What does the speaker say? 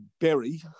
Berry